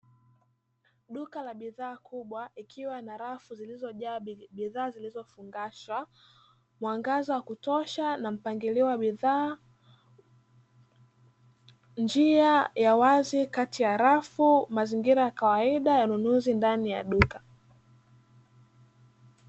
Duka la bidhaa kubwa likiwa na rafu zilizojaa bidhaa zilizofungashwa, mwangaza wa kutosha na mpangilio wa bidhaa njia ya wazi kati ya rafu, mazingira ya kawaida ya ununuzi ndani ya duka.